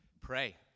pray